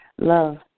love